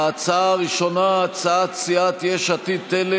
ההצעה הראשונה היא הצעת סיעת יש עתיד-תל"ם,